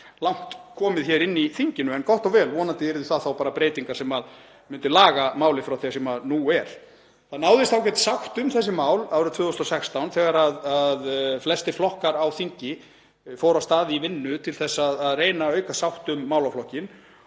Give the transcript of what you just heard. langt komið hér í þinginu. En gott og vel. Vonandi yrðu það þá bara breytingar sem myndu laga málið frá því sem nú er. Það náðist ágæt sátt um þessi mál árið 2016 þegar flestir flokkar á þingi fóru af stað í vinnu til að reyna að auka sátt um málaflokkinn.